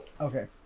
okay